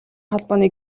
холбооны